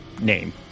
name